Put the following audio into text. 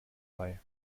bei